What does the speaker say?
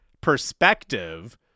perspective